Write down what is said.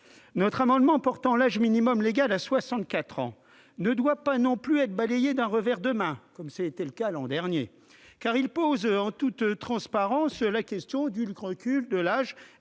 Notre amendement tendant à porter l'âge minimum légal à 64 ans ne doit pas être balayé d'un revers de main, comme ce fut le cas l'an dernier : il pose en toute transparence la question du recul de l'âge